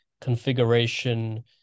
configuration